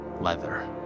leather